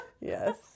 yes